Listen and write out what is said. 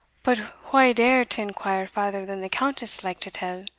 but wha dared to inquire farther than the countess liked to tell